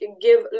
give